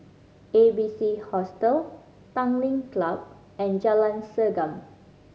A B C Hostel Tanglin Club and Jalan Segam